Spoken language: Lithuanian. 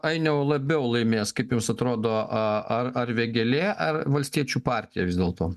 ainiau labiau laimės kaip jums atrodo a ar ar vėgėlė ar valstiečių partija vis dėlto